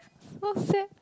who said